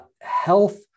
health